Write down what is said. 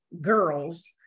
girls